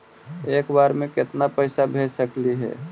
एक बार मे केतना पैसा भेज सकली हे?